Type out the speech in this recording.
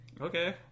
Okay